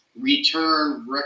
return